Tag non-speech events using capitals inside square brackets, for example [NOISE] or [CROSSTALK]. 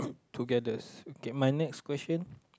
[NOISE] togethers okay my next question